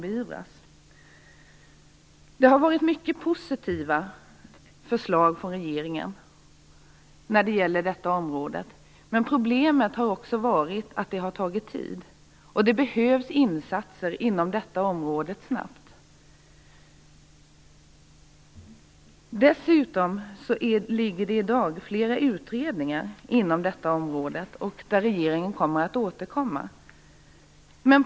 Det har som sagt kommit mycket positiva förslag från regeringen. Men problemet har varit att det har tagit tid. Det behövs insatser på det här området snabbt. Dessutom pågår det i dag flera utredningar på området, och regeringen kommer att återkomma i de frågorna.